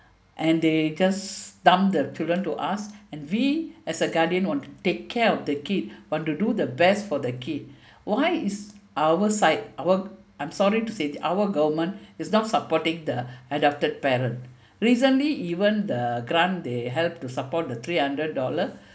and they just dump the children to us and we as a guardian want to take care of the kid want to do the best for the kid why is our side our I'm sorry to say our government is not supporting the adopted parent recently even the grant they help to support the three hundred dollar